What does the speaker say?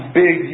big